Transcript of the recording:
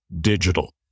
digital